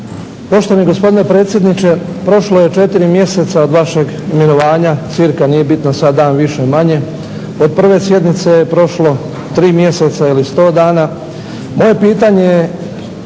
Poštovani gospodine predsjedniče prošlo je 4 mjeseca od vašeg imenovanja cca nije bitno sad dan više-manje, od prve sjednice je prošlo 3 mjeseca ili 100 dana, moje pitanje je